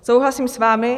Souhlasím s vámi.